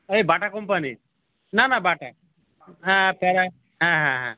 এই বাটা কোম্পানির না না বাটা হ্যাঁ প্যারা হ্যাঁ হ্যাঁ হ্যাঁ